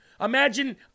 Imagine